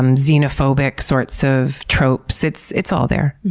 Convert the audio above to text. um xenophobic sorts of tropes. it's it's all there.